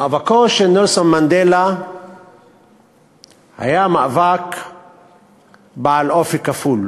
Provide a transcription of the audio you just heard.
מאבקו של נלסון מנדלה היה מאבק בעל אופי כפול: